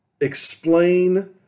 explain